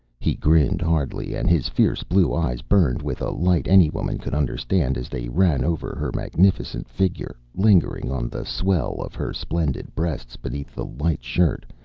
he grinned hardly, and his fierce blue eyes burned with a light any woman could understand as they ran over her magnificent figure, lingering on the swell of her splendid breasts beneath the light shirt,